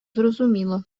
зрозуміло